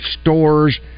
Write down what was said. stores